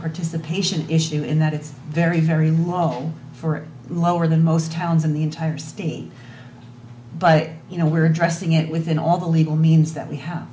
participation issue in that it's very very low for lower than most towns in the entire state but you know we're addressing it within all the legal means that we have